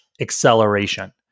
Acceleration